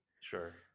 Sure